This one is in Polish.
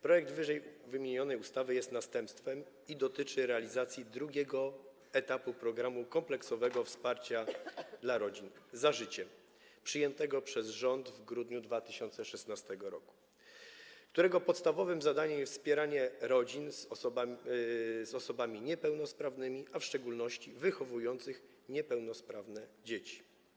Projekt ww. ustawy jest następstwem i dotyczy realizacji drugiego etapu programu kompleksowego wsparcia dla rodzin „Za życiem” przyjętego przez rząd w grudniu 2016 r., którego podstawowym zadaniem jest wspieranie rodzin, w których są osoby niepełnosprawne, w szczególności wychowujących niepełnosprawne dzieci.